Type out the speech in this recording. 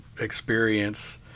experience